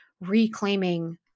reclaiming